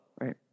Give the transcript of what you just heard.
right